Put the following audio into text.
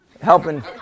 Helping